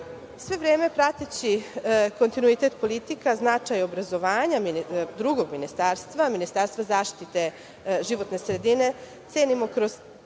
vreme prateći kontinuitet politika, značaj obrazovanja drugog ministarstva, ministarstva zaštite životne sredine, cenimo kroz